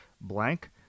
blank